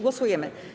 Głosujemy.